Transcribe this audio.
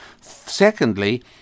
Secondly